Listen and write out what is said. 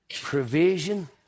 provision